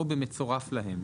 או במצורף להם.